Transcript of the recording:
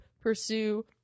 pursue